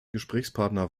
gesprächspartner